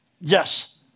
Yes